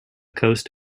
coast